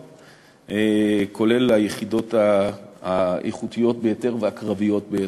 כולל היחידות האיכותיות ביותר והקרביות ביותר.